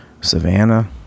Savannah